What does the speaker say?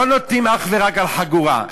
לא נותנים אך ורק על חגורה,